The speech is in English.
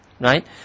right